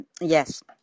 yes